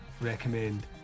recommend